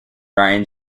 ryan